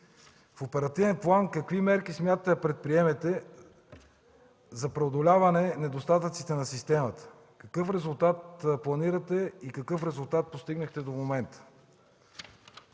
в оперативен план какви мерки смятате да предприемете за преодоляване недостатъците на системата, какъв резултат планирате и какъв резултат постигнахте до момента?